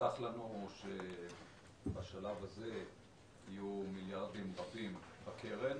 הובטח לנו שבשלב הזה יהיו מיליארדים רבים בקרן